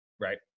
right